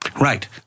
Right